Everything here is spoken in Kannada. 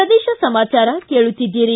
ಪ್ರದೇಶ ಸಮಾಚಾರ ಕೇಳುತ್ತಿದ್ದೀರಿ